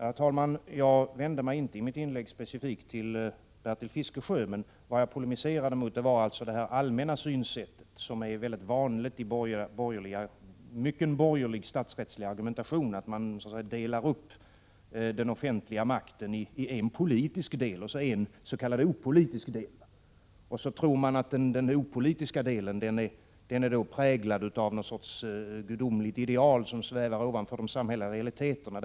Herr talman! Jag vände mig inte specifikt till Bertil Fiskesjö i mitt inlägg. Vad jag polemiserade mot var det allmänna synsätt som är väldigt vanligt i mycken borgerlig statsrättslig argumentation. Man delar alltså upp den offentliga makten i en politisk del och en s.k. opolitisk del. Sedan tror man att den opolitiska delen är präglad av någon sorts gudomligt ideal som svävar ovanför de samhälleliga realiteterna.